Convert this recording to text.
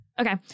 Okay